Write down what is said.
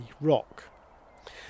rock